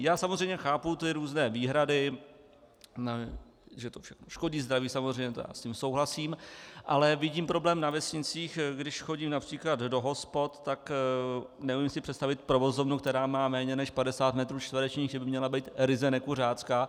Já samozřejmě chápu ty různé výhrady, že to škodí zdraví, samozřejmě, s tím souhlasím, ale vidím problém na vesnicích, když chodím např. do hospod, tak neumím si představit provozovnu, která má méně než 50 metrů čtverečních, že by měla být ryze nekuřácká.